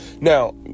Now